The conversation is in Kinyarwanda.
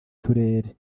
turere